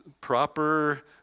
proper